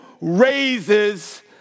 raises